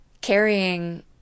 carrying